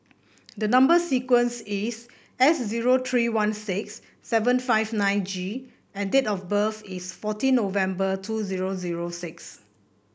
the number sequence is S zero three one six seven five nine G and date of birth is fourteen November two zero zero six